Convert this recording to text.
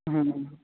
হুম হুম